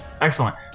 Excellent